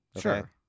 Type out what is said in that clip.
Sure